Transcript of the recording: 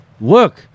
look